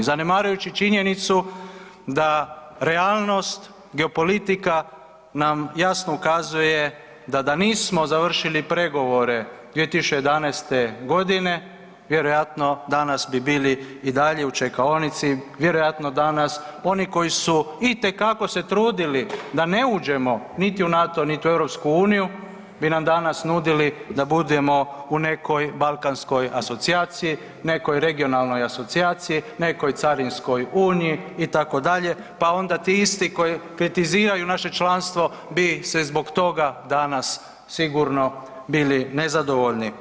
Zanemarujući činjenicu da realnost, geopolitika nam jasno ukazuje da nismo završili pregovore 2011.g. vjerojatno bi danas bili i dalje u čekaonici, vjerojatno danas oni koji su itekako se trudili da ne uđemo niti u NATO niti u EU bi nam danas nudili da budemo u nekoj balkanskoj asocijaciji, nekoj regionalnoj asocijaciji, nekoj carinskoj uniji itd. pa onda ti isti koji kritiziraju naše članstvo bi se zbog toga danas sigurno bili nezadovoljni.